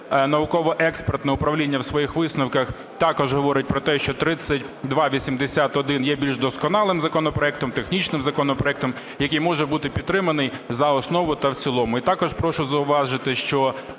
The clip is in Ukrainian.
науково-експертне управління у своїх висновках також говорить про те, що 3281 є більш досконалим законопроектом, технічним законопроектом, який може бути підтриманий за основу та в цілому.